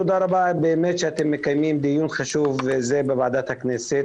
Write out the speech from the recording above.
תודה רבה שאתם מקיימים דיון חשוב זה בוועדת הכנסת.